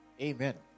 Amen